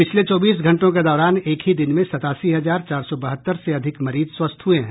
पिछले चौबीस घंटों के दौरान एक ही दिन में सतासी हजार चार सौ बहत्तर से अधिक मरीज स्वस्थ हुए हैं